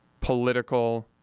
political